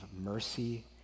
mercy